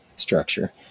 structure